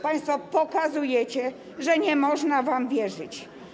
Państwo pokazujecie, że nie można wam wierzyć.